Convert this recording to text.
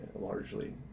largely